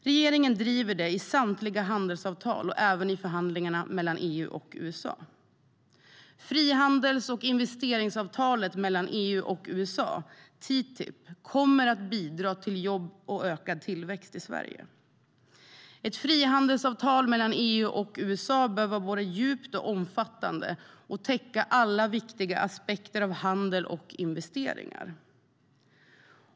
Regeringen driver detta i samtliga handelsavtal och även i förhandlingarna mellan EU och USA.Ett frihandelsavtal mellan EU och USA bör vara både djupt och omfattande och täcka alla viktiga aspekter av handel och investeringar.